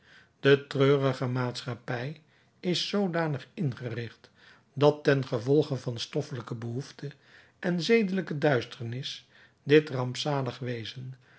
de treurige maatschappij is zoodanig ingericht dat ten gevolge van stoffelijke behoefte en zedelijke duisternis dit rampzalig wezen